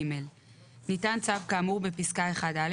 (1ג)ניתן צו כאמור בפסקה 1א,